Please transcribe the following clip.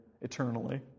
eternally